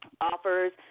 offers